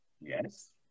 Yes